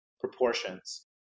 proportions